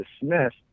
dismissed